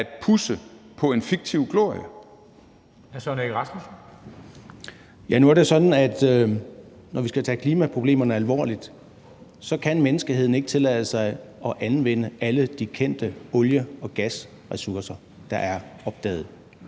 Rasmussen (EL): Nu er det jo sådan, at når vi skal tage klimaproblemerne alvorligt, så kan menneskeheden ikke tillade sig at anvende alle de kendte olie- og gasressourcer, der er opdaget.